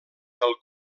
del